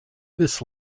this